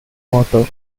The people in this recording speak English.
water